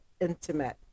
intimate